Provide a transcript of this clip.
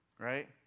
right